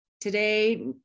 today